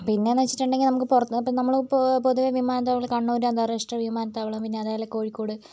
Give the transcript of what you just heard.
പിന്നെ എന്ന് വെച്ചിട്ടുണ്ടെങ്കിൽ നമുക്ക് പുറത്ത് പോ നമ്മൾ ഇപ്പോൾ പൊ പൊതുവേ വിമാനത്താവളം കണ്ണുർ അന്താരാഷ്ട്ര വിമാനത്താവളം പിന്നെ അതേപോലെ കോഴിക്കോട്